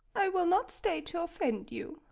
i will not stay to offend you.